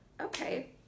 Okay